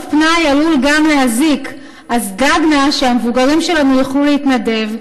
פנאי עלול גם להזיק / אז דאג נא שהמבוגרים שלנו יוכלו להתנדב,